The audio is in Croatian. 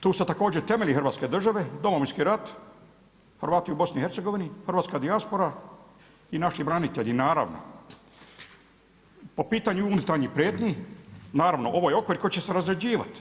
Tu su također temelji Hrvatske države, Domovinski rat, Hrvati u BiH, hrvatska dijaspora i naši branitelji naravno. po pitanju unutarnjih prijetnji, naravno ovo je okvir koji će se razrađivati.